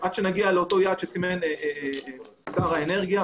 עד שנגיע לאותו יעד שסימן שר האנרגיה,